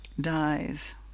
dies